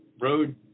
road